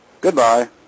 Goodbye